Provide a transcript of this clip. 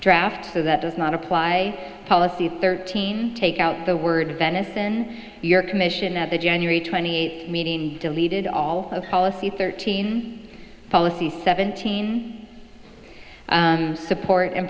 draft so that does not apply policy thirteen take out the word venison your commission at the january twenty eighth meeting deleted all of policy thirteen policies seventeen support and